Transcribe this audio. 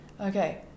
Okay